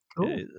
Cool